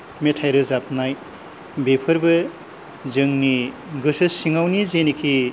मेथाइ रोजाबनाय बेफोरबो जोंनि गोसो सिङावनि जेनोखि